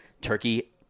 turkey